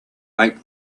make